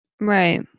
Right